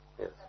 Yes